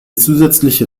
zusätzliche